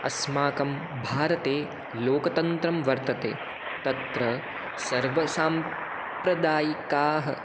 अस्माकं भारते लोकतन्त्रं वर्तते तत्र सर्वसांप्रदायिकाः